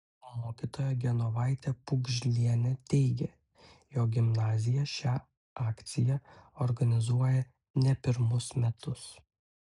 mokytoja genovaitė pugžlienė teigė jog gimnazija šią akciją organizuoja ne pirmus metus